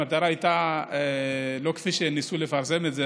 המטרה הייתה לא כפי שניסו לפרסם את זה,